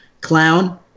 clown